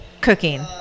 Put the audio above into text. cooking